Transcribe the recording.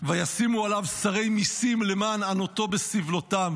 " וישימו עליו שרי מסים למען ענֹתו בסבלֹתם,